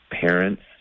parents